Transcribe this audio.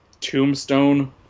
tombstone